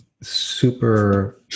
super